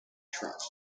trust